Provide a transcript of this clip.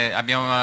abbiamo